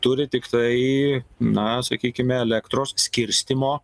turi tiktai na sakykime elektros skirstymo